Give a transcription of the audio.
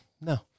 no